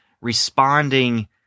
responding